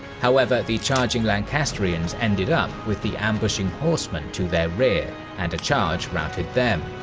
however, the charging lancastrians ended up with the ambushing horsemen to their rear, and a charge routed them.